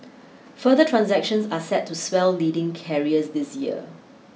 further transactions are set to swell leading carriers this year